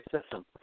system